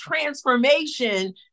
transformation